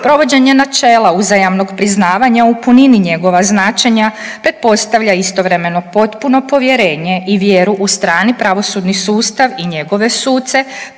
Provođenje načela uzajamnog priznavanja u punini njegova značenja te postavlja istovremeno potpuno povjerenje i vjeru u strani pravosudni sustav i njegove suce